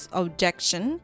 objection